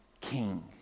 king